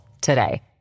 today